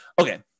Okay